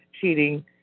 cheating